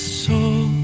soul